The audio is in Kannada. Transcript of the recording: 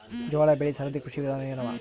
ಜೋಳ ಬೆಳಿ ಸರದಿ ಕೃಷಿ ವಿಧಾನ ಎನವ?